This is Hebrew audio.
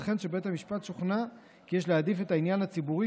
וכן אם בית המשפט שוכנע כי יש להעדיף את העניין הציבורי